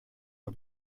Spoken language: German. mal